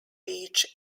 beach